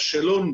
בשאלון,